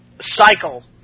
cycle